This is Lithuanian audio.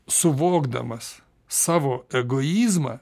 suvokdamas savo egoizmą